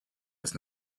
was